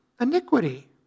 iniquity